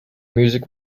music